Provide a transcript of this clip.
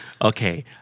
Okay